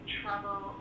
trouble